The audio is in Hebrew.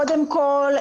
קודם כל,